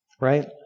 right